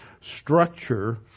structure